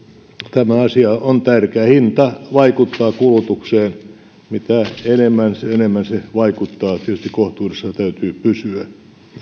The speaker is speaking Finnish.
tämä asia on tärkeä hinta vaikuttaa kulutukseen mitä enemmän sitä enemmän se vaikuttaa tietysti kohtuudessa täytyy pysyä